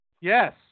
Yes